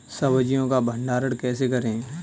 सब्जियों का भंडारण कैसे करें?